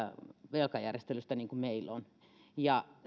velkajärjestelystä niin kuin meillä on ja